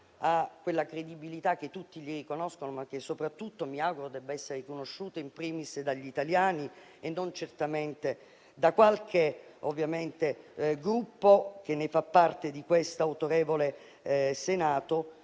ha quella credibilità che tutti le riconoscono, ma che soprattutto mi auguro debba essere riconosciuta *in primis* dagli italiani e non da qualche Gruppo che fa parte di questo autorevole Senato.